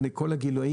בני כל הגילאים,